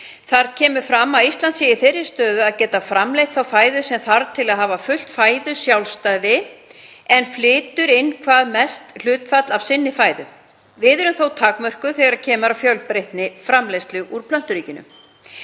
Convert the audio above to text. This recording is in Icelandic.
Þar kemur fram að Ísland sé í þeirri stöðu að geta framleitt þá fæðu sem þarf til að hafa fullt fæðusjálfstæði en flytur inn hvað mest hlutfall af sinni fæðu. Við erum þó takmörkuð þegar kemur að fjölbreytni framleiðslu úr plönturíkinu.